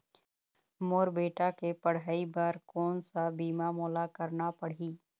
मोर बेटा के पढ़ई बर कोन सा बीमा मोला करना पढ़ही?